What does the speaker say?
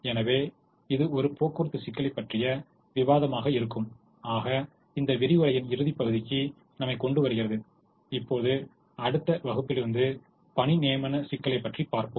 எனவே இது ஒரு போக்குவரத்து சிக்கலைப் பற்றிய விவாதமாக இருக்கும் ஆக இந்த விரிவுரையின் இறுதிப்பகுதிக்கு நம்மைக் கொண்டுவருகிறது இப்போது அடுத்த வகுப்பிலிருந்து பணி நியமன சிக்கலைப் பற்றி பார்ப்போம்